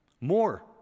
more